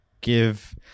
give